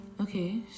Okay